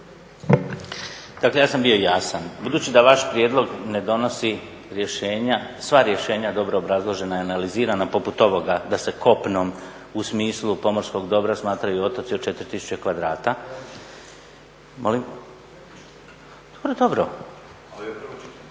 Dakle, ja sam bio jasan. Budući da vaš prijedlog ne donosi sva rješenja dobro obrazložena i analizirana poput ovoga da se kopnom u smislu pomorskog dobra smatraju otoci od 4000 kvadrata… Molim? … /Upadica se ne čuje./